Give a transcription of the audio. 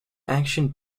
action